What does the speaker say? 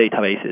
databases